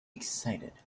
excited